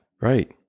Right